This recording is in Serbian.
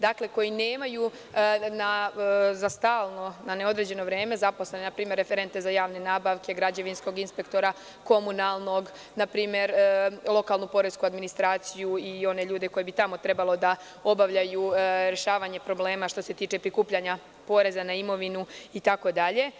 Dakle, koji nemaju za stalno, na neodređeno vreme zaposlene, na primer referente za javne nabavke, građevinskog inspektora, komunalnog, lokalnu poresku administraciju i one ljude koji bi tamo trebalo da obavljaju rešavanje problema što se tiče prikupljanja poreza na imovinu itd.